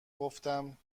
گفتم